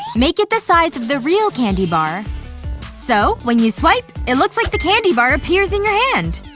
make it the size of the real candy bar so, when you swipe, it looks like the candy bar appears in your hand!